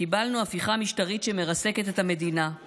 קיבלנו הפיכה משטרית שמרסקת את המדינה,